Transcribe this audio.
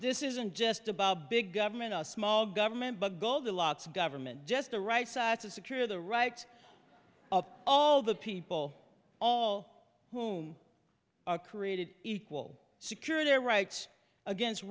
this isn't just about big government small government but gold to lots of government just the right side to secure the right of all the people all whom are created equal secure in their rights against